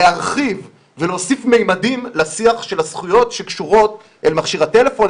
להרחיב ולהוסיף ממדים לשיח הזכויות שקשורות למכשיר הטלפון,